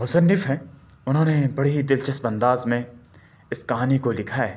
مصنف ہیں انہوں نے بڑے ہی دلچسپ انداز میں اس کہانی کو لکھا ہے